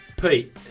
Pete